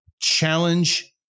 challenge